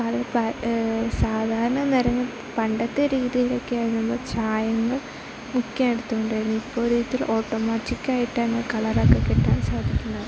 colour സാധാരണ നിറങ്ങൾ പണ്ടത്തെ രീതിയിലൊക്കെ ആവുമ്പം ചായങ്ങൾ മിക്ക ഇടത്തും ഉണ്ടായിരുന്നത് ഇപ്പം ഒരു വിധത്തിൽ ഓട്ടോമാറ്റിക്ക് ആയിട്ടാണ് കളറൊക്കെ കിട്ടാൻ സാധിക്കുന്നത്